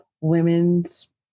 Women's